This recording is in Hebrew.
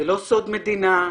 זה לא סוד מדינה.